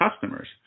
customers